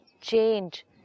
change